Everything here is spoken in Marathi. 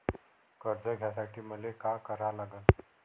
कर्ज घ्यासाठी मले का करा लागन?